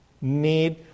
need